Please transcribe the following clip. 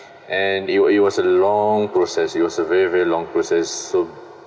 and it was it was a long process it was a very very long process so